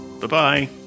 Bye-bye